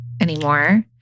anymore